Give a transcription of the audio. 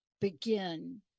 begin